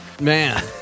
man